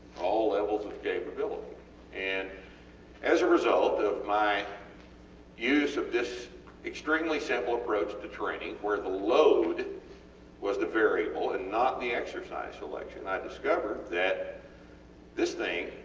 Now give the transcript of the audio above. all levels of capability and as a result of my use of this extremely simple approach to training, where the load was the variable and not the exercise selection, i discovered that this thing